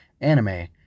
anime